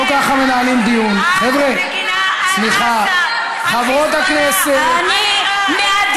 תדברו על שלום, תדברו נגד